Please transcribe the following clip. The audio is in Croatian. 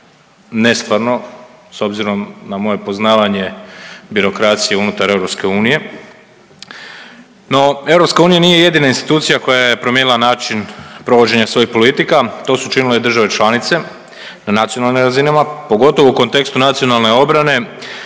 nestvarno, s obzirom na moje poznavanje birokracije unutar EU, no EU nije jedina institucija koja je promijenila način provođenja svojih politika, to su učinile i države članice na nacionalnim razinama, pogotovo u kontekstu nacionalne obrane,